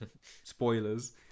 Spoilers